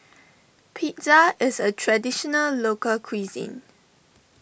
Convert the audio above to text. Pizza is a Traditional Local Cuisine